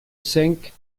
cinq